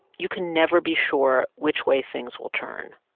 you can never be sure which way things will turn.